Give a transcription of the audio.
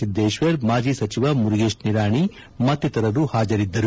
ಸಿದ್ದೇಶ್ವರ್ ಮಾಜಿ ಸಚಿವ ಮುರುಗೇಶ್ ನಿರಾಣೆ ಮತ್ತಿತರರು ಹಾಜರಿದ್ದರು